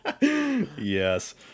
Yes